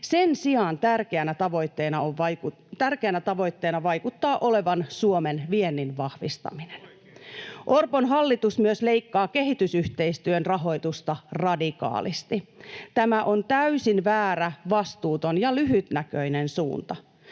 sen sijaan tärkeänä tavoitteena vaikuttaa olevan Suomen viennin vahvistaminen. [Jani Mäkelä: Oikein!] Orpon hallitus myös leikkaa kehitysyhteistyön rahoitusta radikaalisti. Tämä on täysin väärä, vastuuton ja lyhytnäköinen suunta.